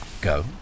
Go